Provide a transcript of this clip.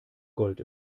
gold